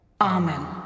Amen